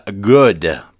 good